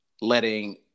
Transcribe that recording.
letting